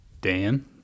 dan